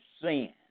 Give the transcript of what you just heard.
sin